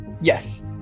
Yes